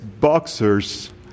boxers